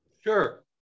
Sure